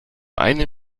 eine